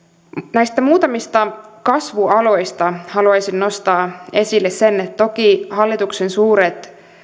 näistä muutamista kasvualoista haluaisin nostaa esille sen että toki hallituksen suuret